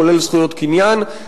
כולל זכויות הקניין,